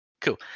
Cool